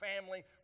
family